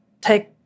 take